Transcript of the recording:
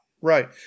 Right